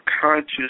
conscious